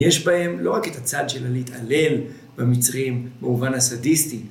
יש בהם לא רק את הצד של הלהתעלל במצרים במובן הסאדיסטי